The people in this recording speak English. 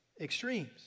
extremes